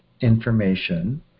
information